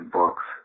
books